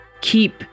keep